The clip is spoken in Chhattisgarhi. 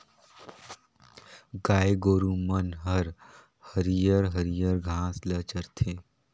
गाय गोरु मन हर हरियर हरियर घास ल चरथे